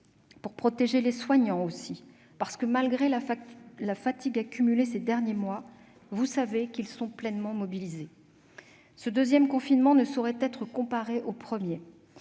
pour protéger les soignants aussi, parce que, malgré la fatigue accumulée ces derniers mois, vous savez qu'ils sont pleinement mobilisés. Ce deuxième confinement ne saurait être comparé au premier.